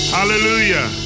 Hallelujah